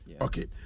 Okay